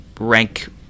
rank